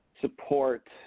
support